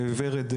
ורד,